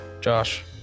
Josh